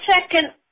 second